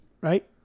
right